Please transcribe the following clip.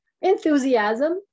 Enthusiasm